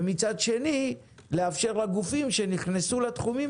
ומצד שני לאפשר לגופים שנכנסו לתחומים